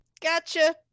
gotcha